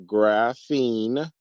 Graphene